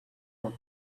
were